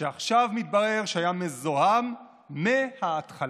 שעכשיו מתברר שהיה מזוהם מההתחלה.